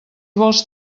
vols